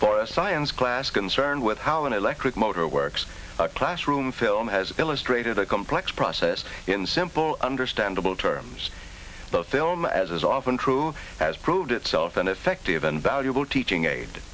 for a science class concerned with how an electric motor works classroom film has illustrated a complex process in simple understandable terms the film as is often true has proved itself an effective and valuable teaching aid